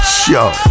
show